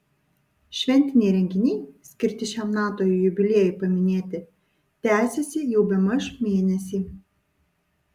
šventiniai renginiai skirti šiam nato jubiliejui paminėti tęsiasi jau bemaž mėnesį